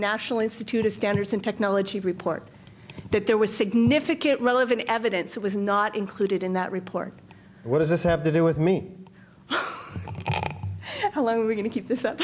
national institute of standards and technology report that there was significant relevant evidence that was not included in that report what does this have to do with me alone we're going to keep